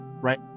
right